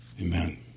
Amen